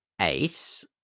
ace